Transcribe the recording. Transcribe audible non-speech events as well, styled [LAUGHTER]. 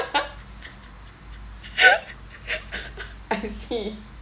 [LAUGHS] I see